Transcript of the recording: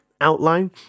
outline